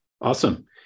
awesome